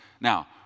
Now